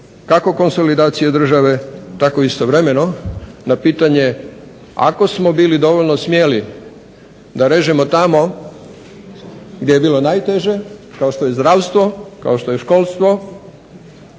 kako konsolidacije države tako istovremeno na pitanje, ako smo bili dovoljno smjeli da režemo tamo gdje je bilo najteže kao što je zdravstvo, kao što je školstvo